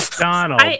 donald